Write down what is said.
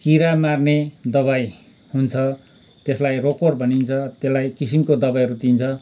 किरा मार्ने दबाई हुन्छ त्यसलाई रोकोर भनिन्छ त्यसलाई किसिमको दबाईहरू दिइन्छ